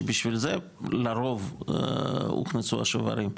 שבשביל זה לרוב הוכנסו השוברים.